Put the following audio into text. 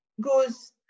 goes